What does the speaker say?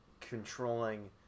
controlling